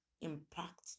impact